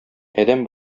адәм